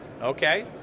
Okay